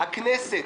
"הכנסת